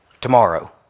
tomorrow